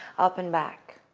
up, and back.